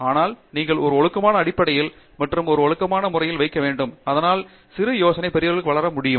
ஆனால் நீங்கள் ஒரு ஒழுங்கான அடிப்படையில் மற்றும் ஒரு ஒழுக்கமான முறையில் வைக்க வேண்டும் இதனால் உங்கள் சிறு யோசனை பெரியவருக்கு வளர முடியும்